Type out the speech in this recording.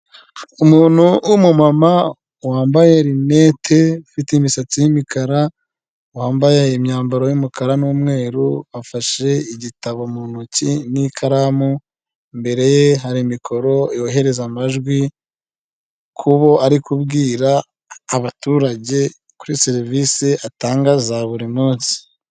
Umuntu w'umumama wambaye rinete ufite imisatsi y'imikara, wambaye imyambaro y'umukara n'umweru, afashe igitabo mu ntoki n'ikaramu, imbere ye hari mikoro yohereza amajwi kubo ari kubwira abaturage kuri serivisi atanga za buri munsi.